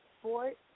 sport